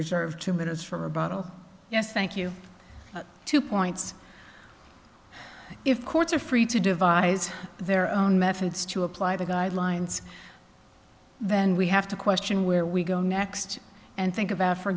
reserved two minutes for a bottle yes thank you two points if courts are free to devise their own methods to apply the guidelines then we have to question where we go next and think